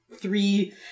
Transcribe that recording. three